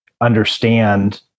understand